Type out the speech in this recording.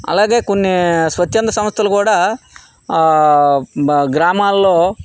అలాగే కొన్ని స్వచ్చంద సంస్ధలు కూడా మా గ్రామాల్లో